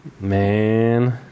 Man